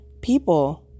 people